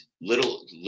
little